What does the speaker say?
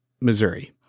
missouri